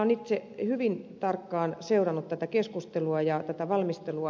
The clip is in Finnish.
olen itse hyvin tarkkaan seurannut tätä keskustelua ja tätä valmistelua